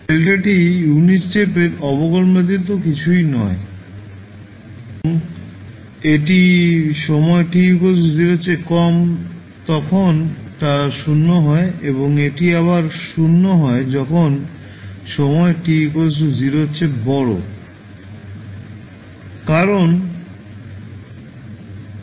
δ unit step এর অবকলন ব্যতীত কিছুই নয় এবং এটি সময় t 0 এর চেয়ে কম তখন তা 0 হয় এবং এটি আবার 0 হয় যখন সময় t 0 এর চেয়ে বড় হয় কারণ t 0 তে একক স্টেপের ফাংশনটি 1 হয়